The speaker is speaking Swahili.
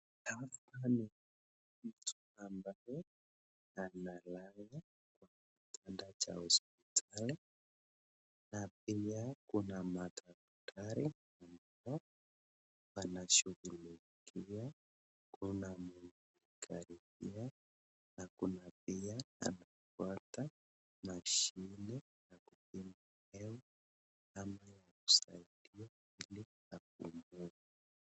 Hapa ni mtu ambaye analala kwa kitanda cha hospitali ,na pia kuna madaktari ambao wanamshughulikia kuna na kuna pia ya kupima hewa ama ya kumsaidia ili apumue.